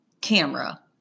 Camera